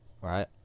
right